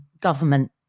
government